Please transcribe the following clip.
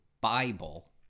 bible